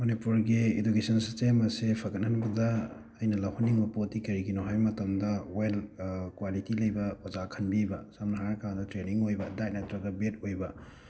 ꯃꯅꯤꯄꯨꯔꯒꯤ education system ꯑꯁꯤ ꯐꯒꯠ ꯍꯟꯕꯗ ꯑꯩꯅ ꯂꯧꯍꯟꯅꯤꯡꯕ ꯄꯣꯠꯇꯤ ꯀꯔꯤꯒꯤꯅꯣ ꯍꯥꯏꯕ ꯃꯇꯝꯗ ꯋꯦꯜ ꯀ꯭ꯋꯥꯂꯤꯇꯤ ꯂꯩꯕ ꯑꯣꯖꯥ ꯈꯟꯕꯤꯕ ꯁꯝꯅ ꯍꯥꯏꯔ ꯀꯥꯟꯗ ꯇ꯭ꯔꯦꯅꯤꯡ ꯑꯣꯏꯕ ꯗꯥꯏꯠ ꯅꯇ꯭ꯔꯒ ꯕꯦꯠ ꯑꯣꯏꯕ